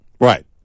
Right